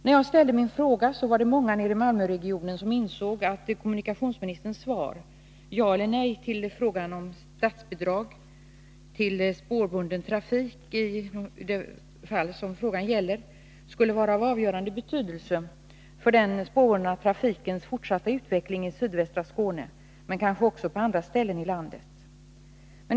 När jag ställde min fråga var det många nere i Malmöregionen som insåg att kommunikationsministerns svar — ett ja eller nej till frågan om statsbidrag till spårbunden trafik i de fall som frågan gäller — skulle vara av avgörande betydelse för den spårbundna trafikens fortsatta utveckling i sydvästra Skåne, men kanske också på andra ställen i landet.